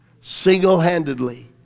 single-handedly